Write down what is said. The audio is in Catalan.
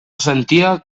sentia